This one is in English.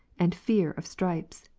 and fear of stripes,